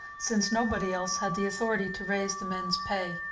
since nobody else had the authority to raise the men's pay.